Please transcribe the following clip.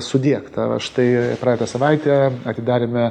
sudiegta štai praeitą savaitę atidarėme